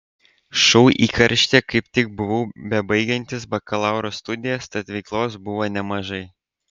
šou įkarštyje kaip tik buvau bebaigiantis bakalauro studijas tad veiklos buvo nemažai